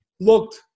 looked –